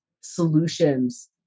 solutions